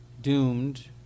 doomed